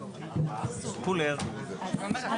לבין כל בעלי הדירות הוא מבטיח להם שבעוד ארבע שנים